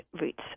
routes